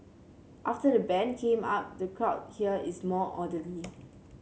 after the ban came up the crowd here is more orderly